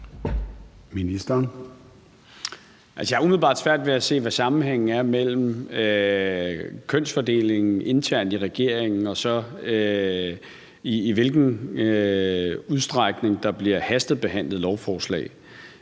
jeg har umiddelbart svært ved at se, hvad sammenhængen er mellem kønsfordelingen internt i regeringen, og så i hvilken udstrækning der bliver hastebehandlet lovforslag.